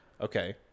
Okay